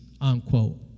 Unquote